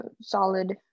solid